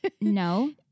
No